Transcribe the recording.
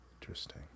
interesting